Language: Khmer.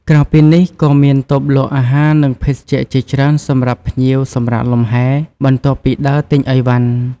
ក្រៅពីនេះ ក៏មានតូបលក់អាហារ និងភេសជ្ជៈជាច្រើនសម្រាប់ភ្ញៀវសម្រាកលម្ហែ បន្ទាប់ពីដើរទិញអីវ៉ាន់។